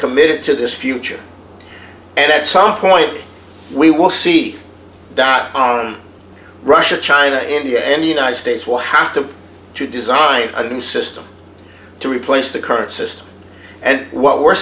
committed to this future and at some point we will see that on russia china india and the united states will have to to design a new system to replace the current system and what we're